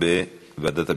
בוועדת הביקורת.